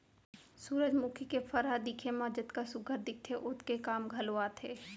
सुरूजमुखी के फर ह दिखे म जतका सुग्घर दिखथे ओतके काम घलौ आथे